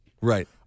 Right